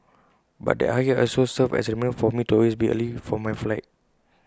but that heartache has also served as A reminder for me to always be early for my flight